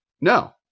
No